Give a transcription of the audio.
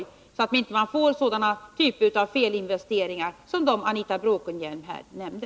Det är viktigt för att man inte skall göra sådana typer av felinvesteringar som dem Anita Bråkenhielm här nämnde.